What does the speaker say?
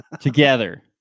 together